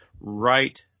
right